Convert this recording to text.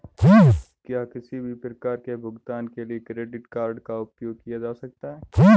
क्या किसी भी प्रकार के भुगतान के लिए क्रेडिट कार्ड का उपयोग किया जा सकता है?